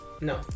no